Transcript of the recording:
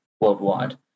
worldwide